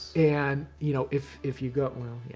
and, you know, if if you go. well, yeah.